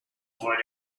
appeared